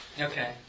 Okay